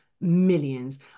millions